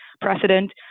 precedent